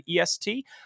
EST